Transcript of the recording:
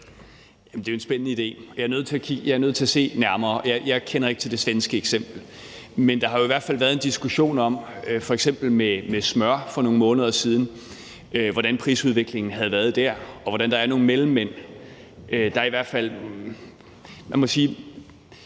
Det er jo en spændende idé. Jeg er nødt til at se det nærmere – jeg kender ikke til det svenske eksempel. Men der har jo i hvert fald været en diskussion om f.eks. smør for nogle måneder siden og om, hvordan prisudviklingen havde været der, og hvordan der er nogle mellemmænd. Lad mig sige,